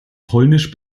polnisch